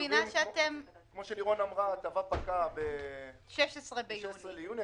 כמו שלירון אמרה, ההטבה פקעה ב-16 ביוני.